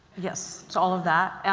yes to all of that,